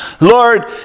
Lord